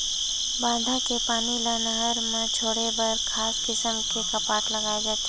बांधा के पानी ल नहर म छोड़े बर खास किसम के कपाट लगाए जाथे